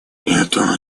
это